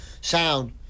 sound